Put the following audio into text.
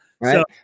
right